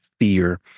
fear